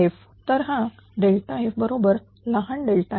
तर हा f बरोबर लहान डेल्टा f